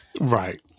Right